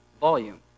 volume